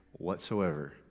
whatsoever